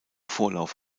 vorlauf